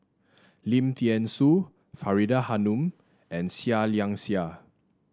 Lim Thean Soo Faridah Hanum and Seah Liang Seah